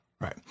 Right